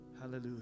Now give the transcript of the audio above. Hallelujah